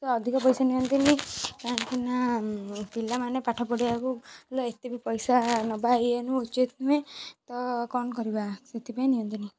ତ ଅଧିକା ପଇସା ନିଅନ୍ତିନି କାହିଁକିନା ପିଲାମାନେ ପାଠ ପଢ଼ିବାକୁ ଏତେ ବି ପଇସା ନବା ଇଏ ନୁହେଁ ଉଚିତ ନୁହେଁ ତ କ'ଣ କରିବା ସେଥିପାଇଁ ନିଅନ୍ତିନି